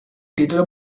título